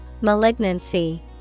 Malignancy